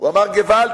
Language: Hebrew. הוא אמר: געוואלד,